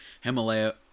Himalaya